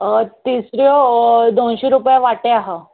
तिसऱ्यो दोनशी रुपया वाटे आहा